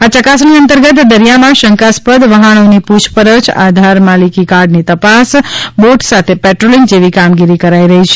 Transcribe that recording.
આ ચકાસણી અંતર્ગત દરિયામાં શંકાસ્પદ વહાણોની પૂછપરછઆધાર માલિકી કાર્ડની તપાસ બોટ સાથે પેટ્રોલીંગ જેવી કામગીરી કરાઇ રહી છે